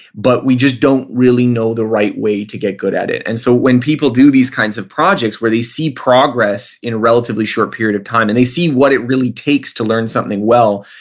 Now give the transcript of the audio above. but we just don't really know the right way to get good at it and so when people do these kinds of projects where they see progress in a relatively short period of time and they see what it really takes to learn something well,